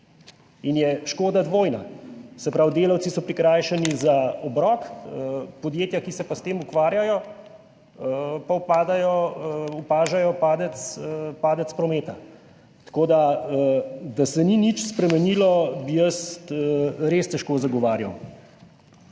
In je škoda dvojna, se pravi, delavci so prikrajšani za obrok, podjetja, ki se s tem ukvarjajo, pa opažajo padec prometa. Torej to, da se ni nič spremenilo, bi jaz res težko zagovarjal.